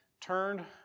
turned